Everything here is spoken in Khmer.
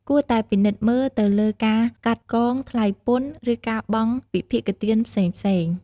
គួរតែពិនិត្យមើលទៅលើការកាត់កងថ្លៃពន្ធ ឬការបង់វិភាគទានផ្សេងៗ។